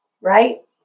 right